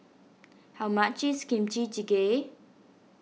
how much is Kimchi Jjigae